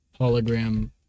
hologram